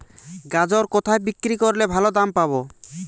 গাজর কোথায় বিক্রি করলে ভালো দাম পাব?